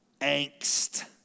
angst